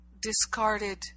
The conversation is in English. discarded